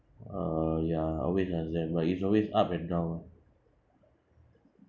uh ya always ask them but it's always up and down [one]